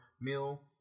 meal